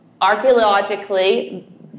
Archaeologically